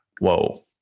whoa